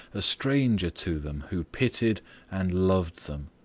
a stranger to them, who pitied and loved them.